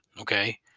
okay